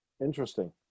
interesting